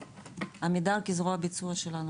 עמידר כזרוע ביצוע שלנו,